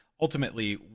Ultimately